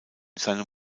seinem